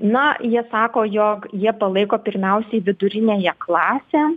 na jie sako jog jie palaiko pirmiausiai viduriniąją klasę